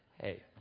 Hey